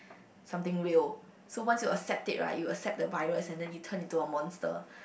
something real so once you accept it right you accept the virus and then you turn into a monster